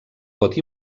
pot